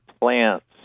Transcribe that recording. plants